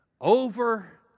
over